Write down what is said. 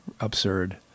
Absurd